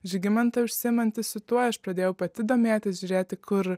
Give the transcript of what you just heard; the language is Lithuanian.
žygimantą užsiimanti su tuo aš pradėjau pati domėtis žiūrėti kur